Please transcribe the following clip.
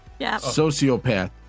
Sociopath